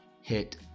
hit